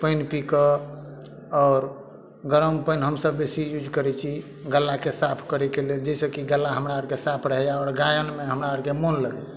पानि पी कऽ आओर गरम पानि हमसब बेसी यूज करै छी गल्लाके साफ करैके लेल जाहि सऽ की गल्ला हमरा आरके साफ रहैया आओर गायनमे हमरा आओरके मोन लगैया